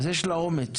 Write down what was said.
אז יש לה אומץ,